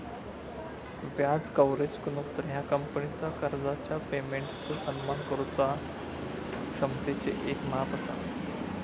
व्याज कव्हरेज गुणोत्तर ह्या कंपनीचा कर्जाच्या पेमेंटचो सन्मान करुचा क्षमतेचा येक माप असा